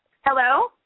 Hello